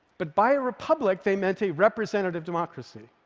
but by a republic they meant a representative democracy,